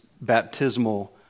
baptismal